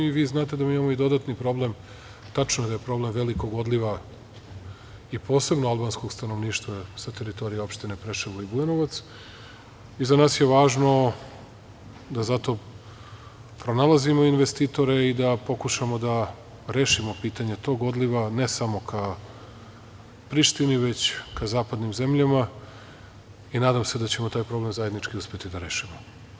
Vi znate da mi imamo i dodatni problem, tačno je da je problem velikog odliva i posebno albanskog stanovništva sa teritorije opština Preševo i Bujanovac i za nas je važno da zato pronalazimo investitore i da pokušamo da rešimo pitanje tog odliva, ne samo ka Prištini, već ka zapadnim zemljama i nadam se da ćemo taj problem zajednički uspeti da rešimo.